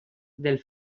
del